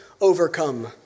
overcome